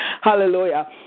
Hallelujah